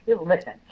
Listen